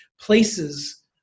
places